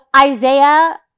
Isaiah